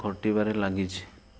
ଘଟିବାରେ ଲାଗିଛି